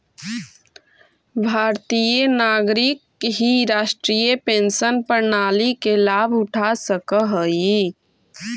भारतीय नागरिक ही राष्ट्रीय पेंशन प्रणाली के लाभ उठा सकऽ हई